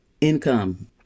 income